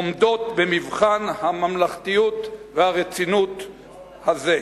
עומדות במבחן הממלכתיות והרצינות הזה.